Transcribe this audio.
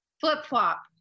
Flip-flop